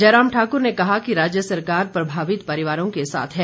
जयराम ठाकुर ने कहा कि राज्य सरकार प्रभावित परिवारों के साथ है